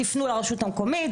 תפנו לרשות המקומית,